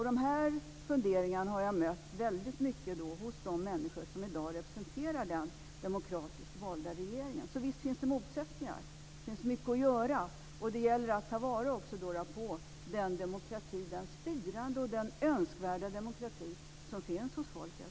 Dessa funderingar har jag mött i hög grad bland de människor som i dag representerar den demokratiskt valda regeringen. Så visst finns det motsättningar, och det finns mycket att göra. Det gäller att ta vara på den spirande och önskvärda demokrati som finns hos folket.